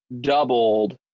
doubled